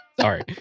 Sorry